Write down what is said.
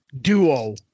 Duo